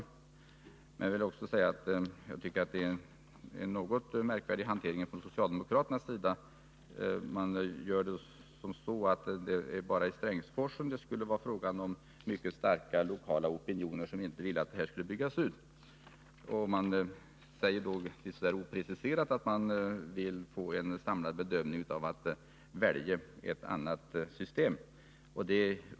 Men jag tycker att socialdemokraternas hantering är något märkvärdig, när de menar att det bara är beträffande Strängsforsen det finns mycket starka lokala opinioner som inte vill att den skall byggas ut och när de så där opreciserat säger att de vill få en samlad bedömning för att välja annat system.